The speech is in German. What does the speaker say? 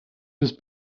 ist